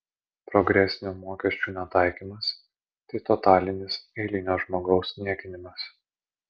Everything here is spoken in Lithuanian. progresinių mokesčių netaikymas tai totalinis eilinio žmogaus niekinimas